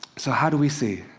so, how do we see?